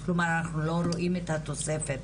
כלומר אנחנו לא רואים את התוספת